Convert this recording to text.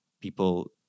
people